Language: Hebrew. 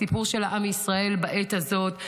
הסיפור של עם ישראל בעת הזאת,